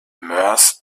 moers